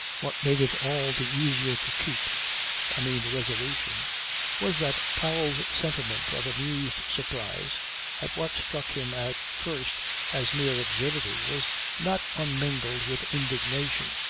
what made it all the easier to keep i mean the resolution was that powell's sentiment of amused surprise at what struck him at first as mere absurdity was not unmingled with indignation.